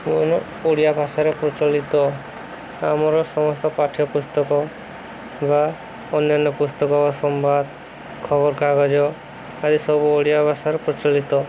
ଓଡ଼ିଆ ଭାଷାରେ ପ୍ରଚଳିତ ଆମର ସମସ୍ତ ପାଠ୍ୟ ପୁସ୍ତକ ବା ଅନ୍ୟାନ୍ୟ ପୁସ୍ତକ ବା ସମ୍ବାଦ ଖବରକାଗଜ ଆଦି ସବୁ ଓଡ଼ିଆ ଭାଷାରେ ପ୍ରଚଳିତ